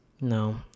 No